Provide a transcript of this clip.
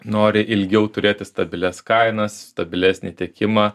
nori ilgiau turėti stabilias kainas stabilesnį tiekimą